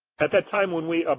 at that time when we,